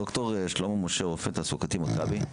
ד"ר שלמה משה, רופא תעסוקתי, מכבי.